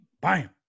bam